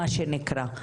מה שנקרא.